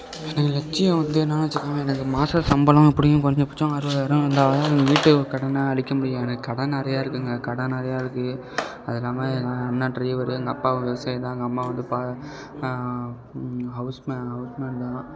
எனது லட்சியம் வந்து என்னன்னு வெச்சுக்கோங்களேன் எனக்கு மாத சம்பளோம் எப்படியும் குறஞ்ச பட்சம் அறுபதாயரோம் இருந்தால் தான் எங்கள் வீட்டுக் கடனை அடைக்க முடியும் எனக்கு கடன் நிறையா இருக்குதுங்க கடன் நிறையா இருக்குது அது இல்லாமல் எங்கள் அண்ணன் ட்ரைவரு எங்கள் அப்பா ஒரு விவசாயி தான் எங்கள் அம்மா வந்து பா ஹவுஸ் மே ஹவுஸ்மேன் தான்